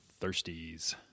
Thirsties